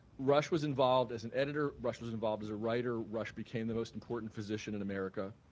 rush was involved as an editor. rush was involved as a writer. rush became the most important physician in america.